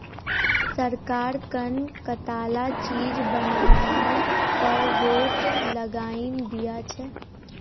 सरकार कं कताला चीज बनावार पर रोक लगइं दिया छे